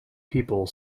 people